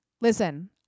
listen